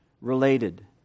related